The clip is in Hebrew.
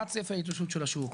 מה צפי ההתאוששות של השוק,